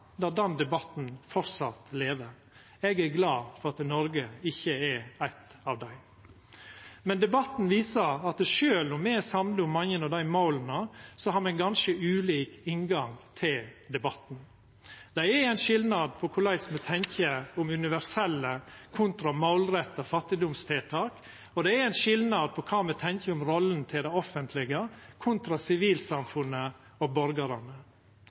der den debatten framleis lever. Eg er glad for at Noreg ikkje er eitt av dei. Men debatten viser at sjølv om me er samde om mange av desse måla, har me ein ganske ulik inngang til debatten. Det er ein skilnad på korleis me tenkjer om universelle kontra målretta fattigdomstiltak, og det er ein skilnad på kva me tenkjer om rolla til det offentlege kontra sivilsamfunnet og borgarane